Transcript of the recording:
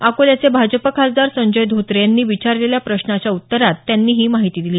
अकोल्याचे भाजप खासदार संजय धोत्रे यांनी विचारलेल्या प्रश्नाच्या उत्तरात त्यांनी ही माहिती दिली